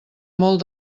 molt